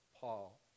Paul